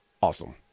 awesome